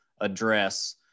address